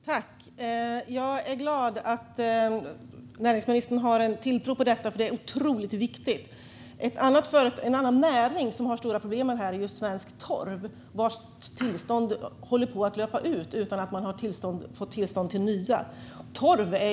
Fru talman! Det gläder mig att näringsministern har tilltro till detta, för det är otroligt viktigt. En annan näring som har stora problem med detta är svensk torv. Tillståndet håller på att löpa ut, och man har inte fått ett nytt.